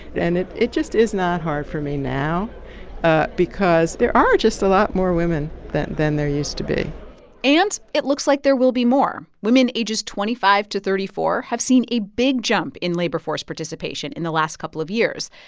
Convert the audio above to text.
and it it just is not hard for me now ah because there are just a lot more women than than there used to be and it looks like there will be more. women ages twenty five to thirty four have seen a big jump in labor force participation in the last couple of years.